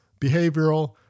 behavioral